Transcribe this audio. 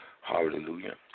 Hallelujah